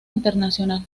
internacional